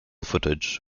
footage